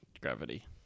Gravity